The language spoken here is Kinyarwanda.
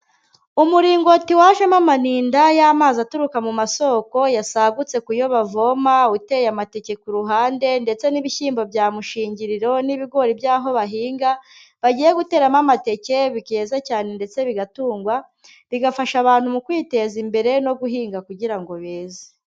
Umuringoti wajemo amaninda y'amazi aturuka mu masoko yasagutse kuyo bavoma, uteye amateke ku ruhande ndetse n'ibishyimbo bya mushingiriro n'ibigori by'aho bahinga, bagiye guteramo amateke bikeza cyane ndetse bigatungwa, bigafasha abantu mu kwiteza imbere no guhinga kugira ngo beze.